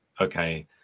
okay